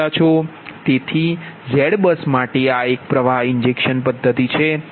તેથી ZBUS માટે આ એક પ્રવાહ ઇન્જેક્શન પદ્ધતિ છે